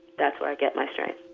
that's where i get my strength